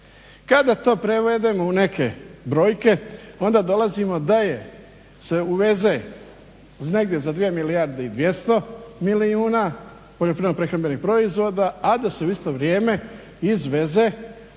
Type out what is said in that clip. Kada to prevedemo u neke brojke, onda dolazimo da se uveze negdje za 2 milijarde i 200 milijuna poljoprivredno-prehrambenih proizvoda, a da se u isto vrijeme izveze